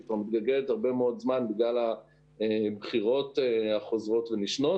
היא כבר מתגלגלת הרבה מאוד זמן בגלל הבחירות החוזרות ונשנות,